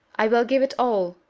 i will give it all,